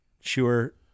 Sure